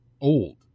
old